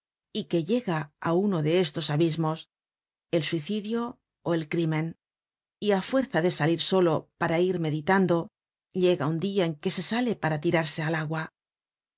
y que llega á uno de estos dos abismos el suicidio ó el crímen y á fuerza de salir solo para ir meditando llega un dia en que se sale para tirarse al agua